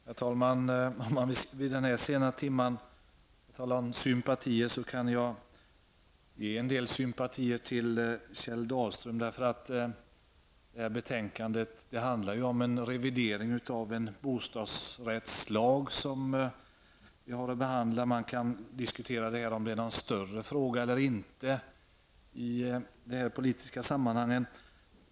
Herr talman! Om man vid den här sena timmen skall tala om sympatier, kan jag ge en del sympatier till Kjell Dahlström. Det här betänkandet handlar ju om en revidering av en bostadsrättslag som vi har att behandla. Man kan diskutera om detta är någon större fråga eller inte, i det här politiska sammanhanget.